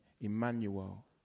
Emmanuel